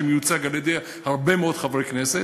שמיוצג על-ידי הרבה מאוד חברי כנסת,